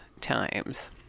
times